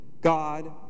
God